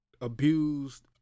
abused